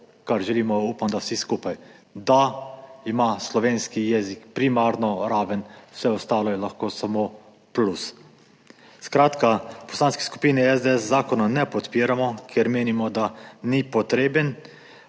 kar želimo, upam, da vsi skupaj, da ima slovenski jezik primarno raven, vse ostalo je lahko samo plus. Skratka, v Poslanski skupini SDS zakona ne podpiramo, ker menimo, da ni potreben.